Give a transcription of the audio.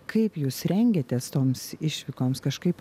kaip jūs rengiatės toms išvykoms kažkaip